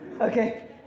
Okay